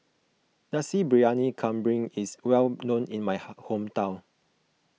Nasi Briyani Kambing is well known in my hometown